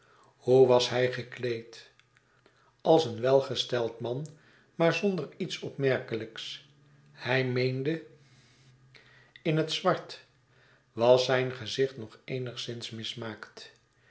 hoe was hij gekleed als een welgesteld man maar zonder iets opmerkelijks hij meende in het zwart was zijn gezicht nog eenigszins